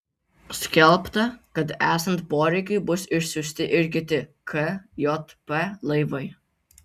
skelbta kad esant poreikiui bus išsiųsti ir kiti kjp laivai